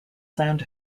sound